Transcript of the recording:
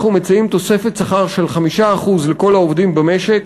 אנחנו מציעים תוספת שכר של 5% לכל העובדים במשק,